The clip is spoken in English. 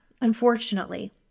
unfortunately